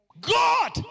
God